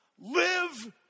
live